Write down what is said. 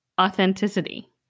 authenticity